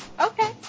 Okay